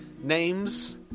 names